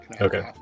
Okay